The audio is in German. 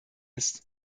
ist